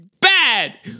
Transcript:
bad